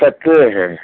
তাকেহে